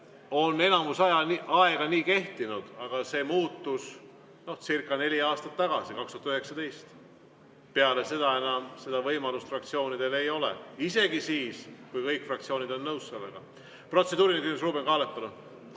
on enamus aega nii kehtinud, aga see muutuscircaneli aastat tagasi, 2019. Peale seda enam seda võimalust fraktsioonidel ei ole isegi siis, kui kõik fraktsioonid on sellega